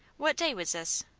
what day was this?